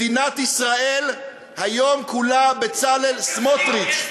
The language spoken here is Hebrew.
מדינת ישראל היום כולה בצלאל סמוטריץ.